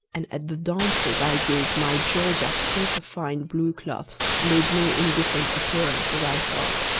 and at the dances i gave my georgia superfine blue clothes made no indifferent appearance, as i thought.